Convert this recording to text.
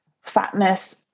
fatness